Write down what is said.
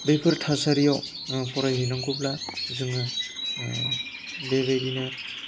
बैफोर थासारियाव फरायहैनांगौब्ला जोङो बेबायदिनो